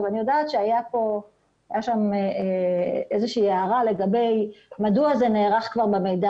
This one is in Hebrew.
אני יודעת שהייתה איזושהי הערה מדוע זה נערך כבר במידע